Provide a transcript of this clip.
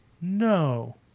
No